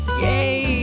Yay